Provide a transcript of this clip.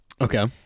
okay